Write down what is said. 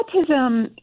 Autism